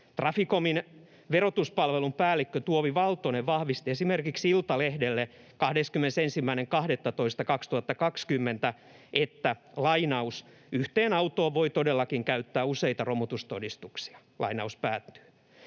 Traficomin verotuspalvelun päällikkö Tuovi Valtonen vahvisti esimerkiksi Iltalehdelle 21.12.2020, että ”yhteen autoon voi todellakin käyttää useita romutustodistuksia”. Verotuspalvelun